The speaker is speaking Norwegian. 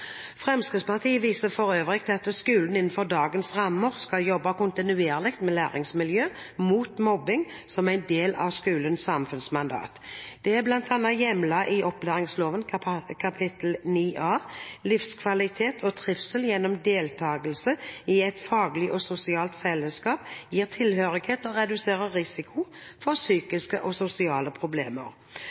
Fremskrittspartiet viser for øvrig til at skolen innenfor dagens rammer skal jobbe kontinuerlig med læringsmiljø mot mobbing, som en del av skolens samfunnsmandat. Det er bl.a. hjemlet i opplæringsloven kapittel 9a. Livskvalitet og trivsel gjennom deltagelse i et faglig og sosialt fellesskap gir tilhørighet og reduserer risiko for psykiske og sosiale problemer.